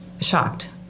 Shocked